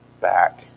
back